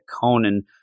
Conan